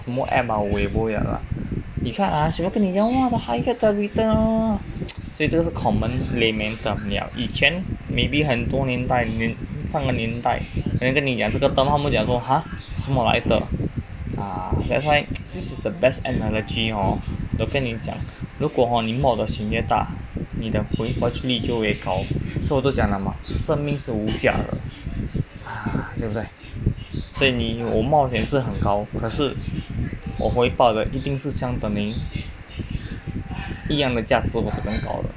什么 app ah 我也不会了啦你看啊全部跟你这样 !wah! the higher the return oo 所以这是 common layman term yup 以前 maybe 很多年代上个年代人家跟你讲这个 term 他们讲说 !huh! 什么来的 that's why this is the best analogy hor 都跟你讲如果你冒得险越大你的回本利就越高所以我都讲了嘛生命是无价的啊对不对所以你我冒险是很高可是我回报的一定是相等于一样的价值我可能搞得